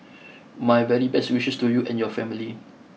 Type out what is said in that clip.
my very best wishes to you and your family